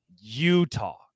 Utah